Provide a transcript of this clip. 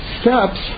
steps